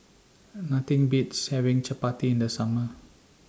Nothing Beats having Chapati in The Summer